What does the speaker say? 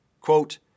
Quote